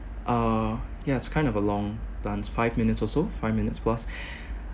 uh yeah it's kind of a long dance five minutes or so five minutes plus